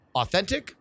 authentic